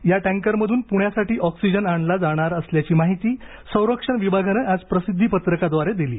या टँकरमधून पुण्यासाठी ऑक्सिजन आणला जाणार असल्याची माहिती संरक्षण विभागानं आज प्रसिद्धीपत्रकाद्वारे दिली आहे